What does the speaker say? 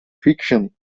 fiction